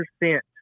percent